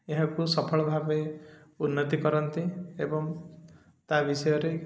ଏହାକୁ ସଫଳ ଭାବେ ଉନ୍ନତି କରନ୍ତି ଏବଂ ତା' ବିଷୟରେ